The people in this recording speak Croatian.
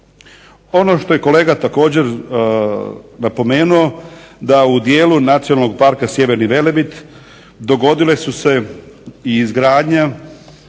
Ono što je kolega također napomenuo da u dijelu Nacionalnog parka Sjeverni Velebit dogodile su se i izgradnja